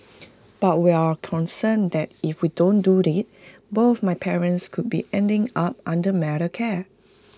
but we're concerned that if we don't do IT both my parents could be ending up under mental care